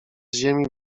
ziemi